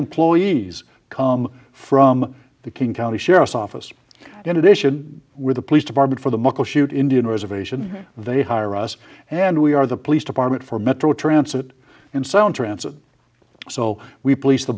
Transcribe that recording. employees come from the king county sheriff's office in addition with the police department for the muckleshoot indian reservation they hire us and we are the police department for metro transit and sound trance and so we police the